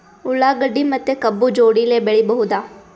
ಉಳ್ಳಾಗಡ್ಡಿ ಮತ್ತೆ ಕಬ್ಬು ಜೋಡಿಲೆ ಬೆಳಿ ಬಹುದಾ?